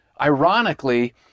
Ironically